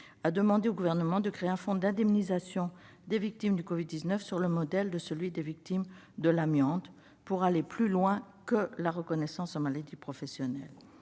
demandé au Gouvernement de créer un fonds d'indemnisation des victimes du Covid-19 sur le modèle de celui des victimes de l'amiante, le FIVA, pour aller plus loin que la reconnaissance en maladie professionnelle.